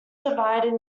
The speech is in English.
divided